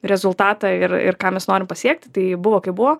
rezultatą ir ir ką mes norim pasiekti tai buvo kaip buvo